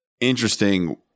interesting